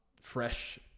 fresh